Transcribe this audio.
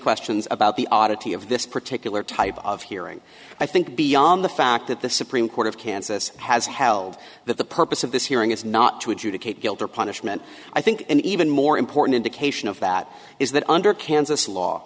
questions about the oddity of this particular type of hearing i think beyond the fact that the supreme court of kansas has held that the purpose of this hearing is not to adjudicate guilt or punishment i think an even more important indication of that is that under kansas law